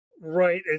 right